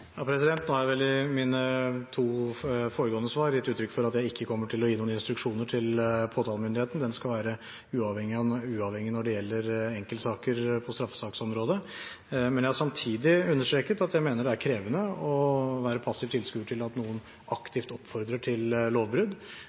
Nå har jeg vel i mine to foregående svar gitt uttrykk for at jeg ikke kommer til å gi noen instruksjoner til påtalemyndigheten. Den skal være uavhengig når det gjelder enkeltsaker på straffesaksområdet. Men jeg har samtidig understreket at jeg mener det er krevende å være passiv tilskuer til at noen aktivt oppfordrer til lovbrudd.